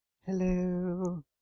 Hello